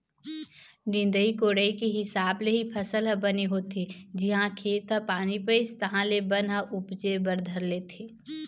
निंदई कोड़ई के हिसाब ले ही फसल ह बने होथे, जिहाँ खेत ह पानी पइस तहाँ ले बन ह उपजे बर धर लेथे